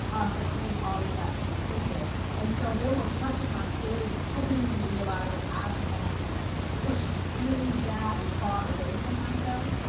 of bringing all of that to the table. and so there were parts of my story that but i didn't even realize that i had pushed way down and far away from myself.